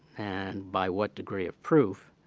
and by what degree of proof.